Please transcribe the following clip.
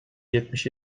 yetmiş